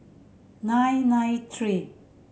nine nine three